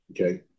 Okay